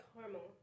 Caramel